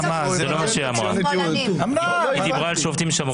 זה לא מה שהיא אמרה, היא דיברה על שופטים שמרנים.